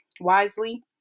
wisely